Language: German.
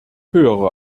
höhere